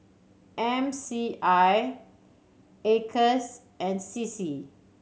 M C I Acres and C C